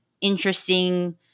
interesting